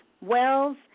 Wells